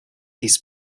his